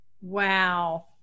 Wow